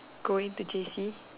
going to J_C